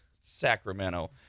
Sacramento